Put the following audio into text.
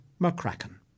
McCracken